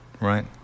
Right